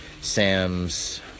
Sam's